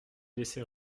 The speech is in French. laisser